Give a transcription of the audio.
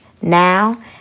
now